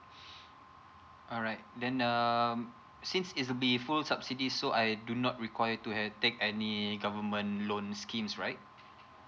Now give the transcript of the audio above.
alright then um since it's be full subsidy so I do not require to had take any government loan schemes right